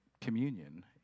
communion